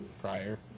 prior